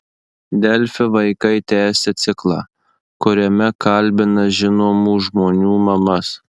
delfi vaikai tęsia ciklą kuriame kalbina žinomų žmonių mamas